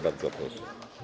Bardzo proszę.